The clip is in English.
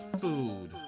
Food